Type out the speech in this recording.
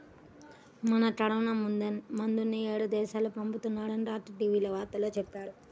మన కరోనా మందుల్ని యేరే దేశాలకు పంపిత్తున్నారని రాత్రి టీవీ వార్తల్లో చెప్పారు